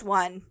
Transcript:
one